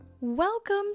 Welcome